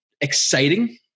exciting